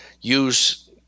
use